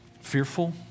fearful